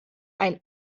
ein